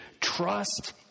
trust